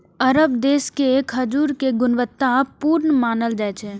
अरब देश के खजूर कें गुणवत्ता पूर्ण मानल जाइ छै